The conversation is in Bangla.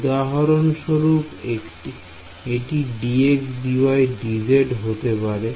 উদাহরণস্বরূপ এটি dx dy dz হতে পারে